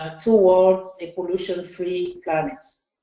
ah towards a pollution free climate.